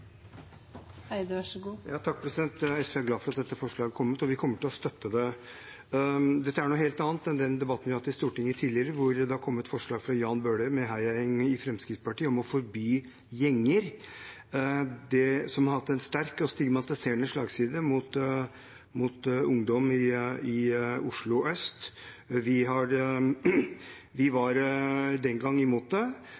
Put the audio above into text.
kommet, og vi kommer til å støtte det. Dette er noe helt annet enn den debatten vi har hatt i Stortinget tidligere, hvor det har kommet forslag fra Jan Bøhler – med heiagjeng i Fremskrittspartiet – om å forby gjenger som har hatt en sterk og stigmatiserende slagside mot ungdom i Oslo øst. Vi var den gang imot det, også fordi forslagsstillerne ikke kunne definere hva en gjeng er – hva er en «gjeng», som vi